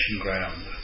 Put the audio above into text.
ground